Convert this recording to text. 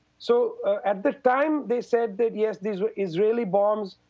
so at the time they said that yes, these were israeli bombs.